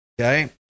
okay